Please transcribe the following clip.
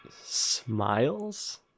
smiles